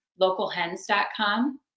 localhens.com